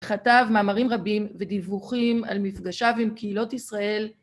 כתב מאמרים רבים ודיווחים על מפגשיו עם קהילות ישראל